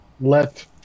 let